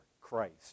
Christ